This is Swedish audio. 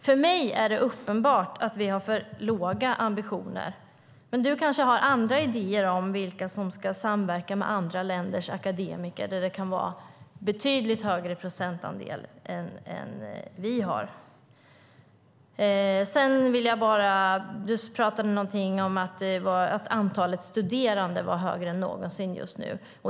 För mig är det uppenbart att vi har för låga ambitioner, men du kanske har andra idéer om vilka som ska samverka med andra länders akademiker där det kan vara betydligt högre procentandel än vad vi har. Du talade också om att antalet studerande var högre än någonsin just nu.